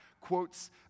quotes